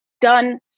done